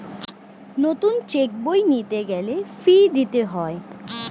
নতুন চেক বই নিতে গেলে ফি দিতে হয়